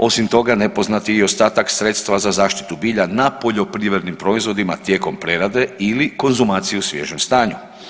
Osim toga nepoznat je i ostatak sredstva za zaštitu bilja na poljoprivrednim proizvodima tijekom prerade ili konzumaciju u svježem stanju.